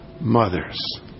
mothers